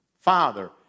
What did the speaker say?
father